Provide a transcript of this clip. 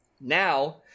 Now